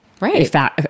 Right